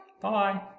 Bye